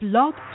Blog